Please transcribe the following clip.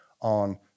on